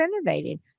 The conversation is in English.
innovating